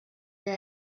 your